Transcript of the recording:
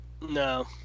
No